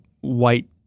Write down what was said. white